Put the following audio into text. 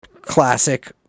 classic